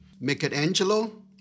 Michelangelo